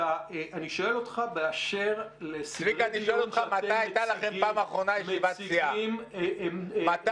אני שואל אותך באשר לסדרי דיון שאתם מציגים --- צביקה,